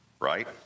right